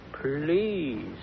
Please